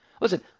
Listen